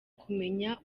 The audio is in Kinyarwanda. kumenya